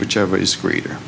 whichever is greater